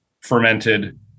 fermented